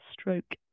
stroke